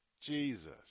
Jesus